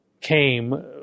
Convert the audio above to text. came